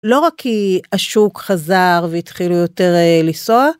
לא רק כי השוק חזר והתחילו יותר לסוע,